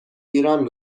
ایران